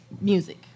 Music